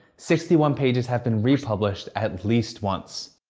sixty one pages have been republished at least once.